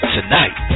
Tonight